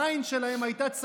העין שלהם הייתה צרה,